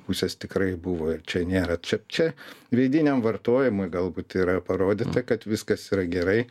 pusės tikrai buvo ir čia nėra čia čia vidiniam vartojimui galbūt yra parodyta kad viskas yra gerai